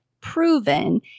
proven